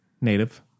Native